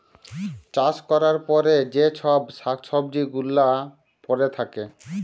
চাষ ক্যরার পরে যে চ্ছব শাক সবজি গুলা পরে থাক্যে